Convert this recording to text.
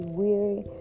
weary